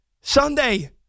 Sunday